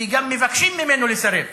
כי גם מבקשים ממנו לסרב,